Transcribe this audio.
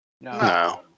No